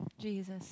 Jesus